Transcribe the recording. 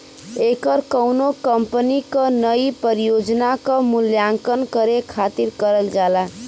ऐकर कउनो कंपनी क नई परियोजना क मूल्यांकन करे खातिर करल जाला